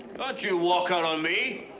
but you walk out on me!